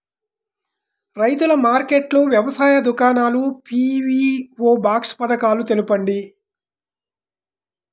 రైతుల మార్కెట్లు, వ్యవసాయ దుకాణాలు, పీ.వీ.ఓ బాక్స్ పథకాలు తెలుపండి?